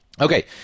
Okay